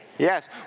Yes